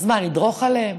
אז מה, נדרוך עליהן?